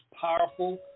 powerful